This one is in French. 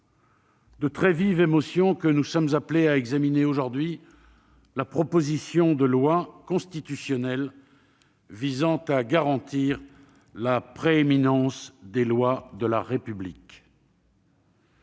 de très vive émotion que nous sommes appelés à examiner aujourd'hui la proposition de loi constitutionnelle visant à garantir la prééminence des lois de la République.